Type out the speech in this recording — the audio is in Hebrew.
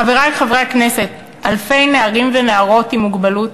חברי חברי הכנסת, אלפי נערים ונערות עם מוגבלות